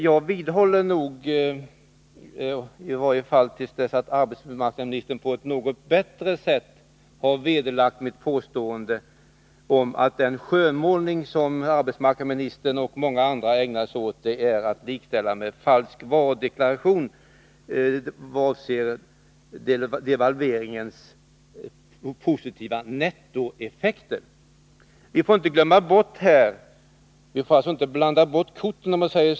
Jag vidhåller mitt påstående — i varje fall till dess att arbetsmarknadsministern på ett bättre sätt vederlägger det — att den skönmålning som arbetsmarknadsministern och många andra ägnat sig åt vad avser devalveringens positiva nettoeffekter är att likställa med falsk varudeklaration. Vi får inte blanda bort korten här.